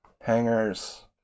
Hangers